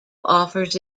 offers